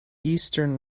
eastern